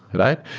right?